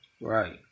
Right